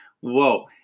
whoa